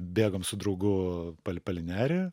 bėgom su draugu pal palei nerį